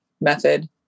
method